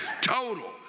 Total